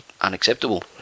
unacceptable